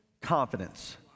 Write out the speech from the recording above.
confidence